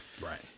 Right